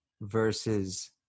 versus